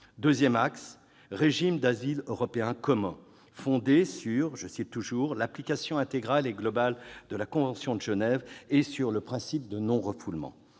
deuxième axe était le régime d'asile européen commun fondé sur « l'application intégrale et globale de la Convention de Genève et sur le principe de non-refoulement